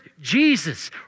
Jesus